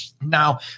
Now